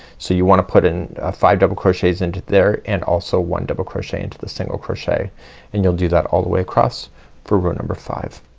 so you wanna put in five double crochets into there and also one double crochet into the single crochet and you'll do that all the way across for row number five.